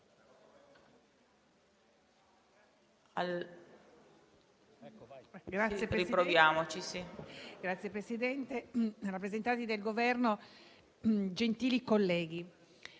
Signora Presidente, rappresentanti del Governo, gentili colleghi,